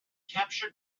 captured